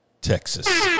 Texas